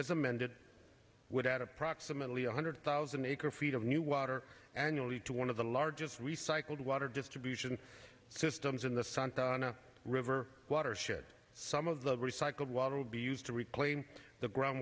as amended would add approximately one hundred thousand acre feet of new water annually to one of the largest recycled water distribution systems in the santana river watershed some of the recycled water will be used to reclaim the ground